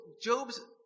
Job's